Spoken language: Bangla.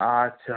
আচ্ছা